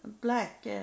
black